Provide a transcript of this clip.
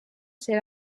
ser